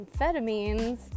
amphetamines